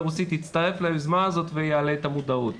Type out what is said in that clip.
הרוסית יצטרף ליוזמה הזאת ויעלה את המודעות.